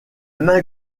main